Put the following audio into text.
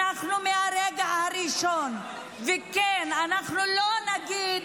אנחנו מהרגע הראשון, וכן, אנחנו לא נגיד,